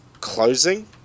closing